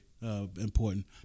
Important